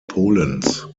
polens